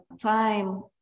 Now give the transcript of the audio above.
time